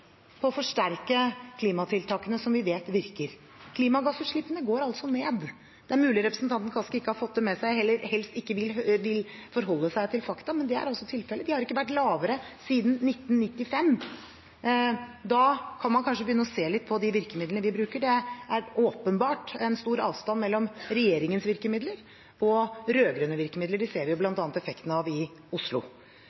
på å forsterke klimatiltakene som vi vet virker. Klimagassutslippene går ned. Det er mulig representanten Kaski ikke har fått det med seg, eller helst ikke vil forholde seg til fakta, men det er tilfellet. De har ikke vært lavere siden 1995. Da kan man kanskje begynne å se litt på de virkemidlene vi bruker. Det er åpenbart en stor avstand mellom regjeringens virkemidler og rød-grønne virkemidler. Det ser vi